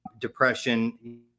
depression